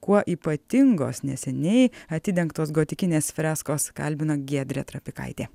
kuo ypatingos neseniai atidengtos gotikinės freskos kalbino giedrė trapikaitė